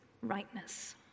rightness